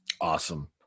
Awesome